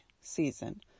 season